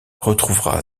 retrouvera